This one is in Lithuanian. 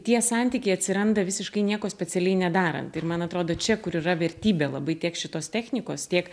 tie santykiai atsiranda visiškai nieko specialiai nedarant ir man atrodo čia kur yra vertybė labai tiek šitos technikos tiek